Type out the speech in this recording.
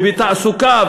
ובתעסוקה,